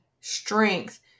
strength